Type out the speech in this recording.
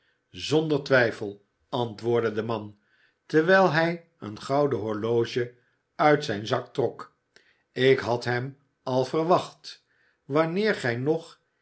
zonder twijfel antwoordde de man terwijl hij een gouden horloge uit zijn zak trok ik had hem al verwacht wanneer gij nog